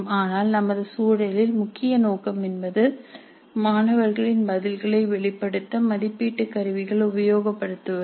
ஆனால் நமது சூழலில் முக்கிய நோக்கம் என்பது மாணவர்களின் பதில்களை வெளிப்படுத்த மதிப்பீட்டுக் கருவிகள் உபயோகப்படுத்துவது